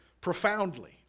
profoundly